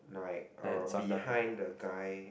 like uh behind the guy